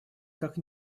как